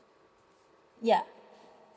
ya